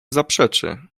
zaprzeczy